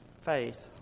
faith